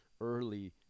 early